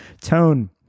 Tone